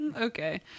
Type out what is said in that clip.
Okay